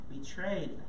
betrayed